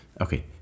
okay